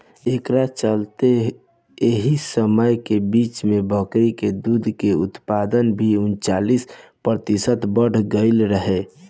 एकरा चलते एह समय के बीच में बकरी के दूध के उत्पादन भी उनचालीस प्रतिशत बड़ गईल रहे